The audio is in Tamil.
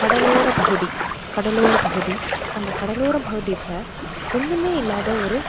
கடலோர பகுதி கடலோர பகுதி அந்த கடலோர பகுதியில் ஒன்றுமே இல்லாத ஒரு